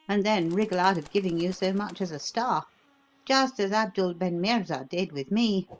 and then wriggle out of giving you so much as a star just as abdul ben meerza did with me